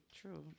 true